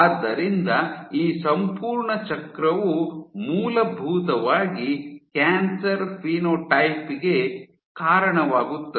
ಆದ್ದರಿಂದ ಈ ಸಂಪೂರ್ಣ ಚಕ್ರವು ಮೂಲಭೂತವಾಗಿ ಕ್ಯಾನ್ಸರ್ ಫಿನೋಟೈಪ್ ಗೆ ಕಾರಣವಾಗುತ್ತದೆ